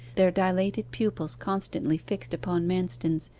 their dilated pupils constantly fixed upon manston's,